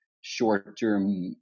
short-term